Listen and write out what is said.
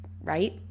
right